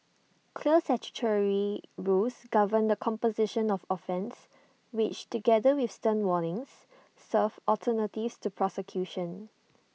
clear statutory rules govern the composition of offences which together with stern warnings serve alternatives to prosecution